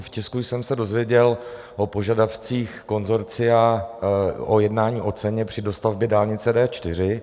V tisku jsem se dozvěděl o požadavcích konsorcia o jednání o ceně při dostavbě dálnice D4.